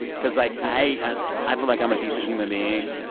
because like, i ah i feel like i'm a decent human being.